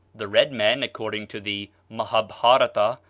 the red men, according to the mahabharata,